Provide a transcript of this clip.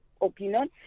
opinion